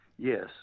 Yes